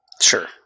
Sure